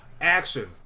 Action